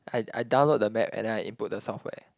I I download the map and I input the software